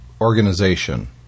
organization